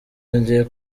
yongeye